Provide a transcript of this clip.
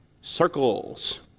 Circles